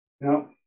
no